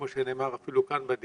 כפי שנאמר אפילו כאן בדיון,